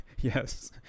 yes